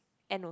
ant also